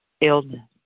illness